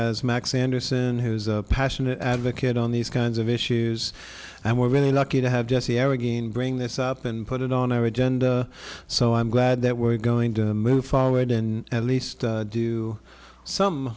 as max sanderson who's a passionate advocate on these kinds of issues and we're really lucky to have jesse ever again bring this up and put it on our agenda so i'm glad that we're going to move forward in at least do some